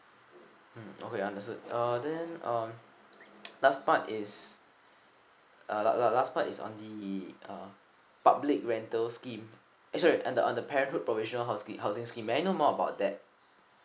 mm okay understood uh then um last part is uh la~ la~ last part is on the uh public rental scheme eh sorry uh the uh parenthood provisional housing housing scheme may I know more about that